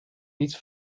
niet